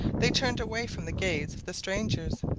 they turned away from the gaze of the strangers,